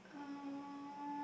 uh